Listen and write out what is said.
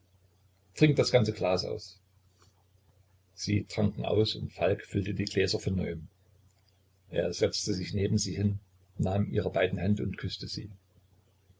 das ganze glas aus sie tranken aus und falk füllte die gläser von neuem er setzte sich neben sie hin nahm ihre beiden hände und küßte sie